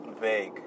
vague